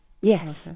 Yes